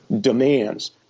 demands